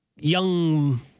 young